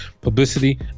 publicity